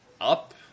up